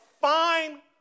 fine